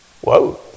Whoa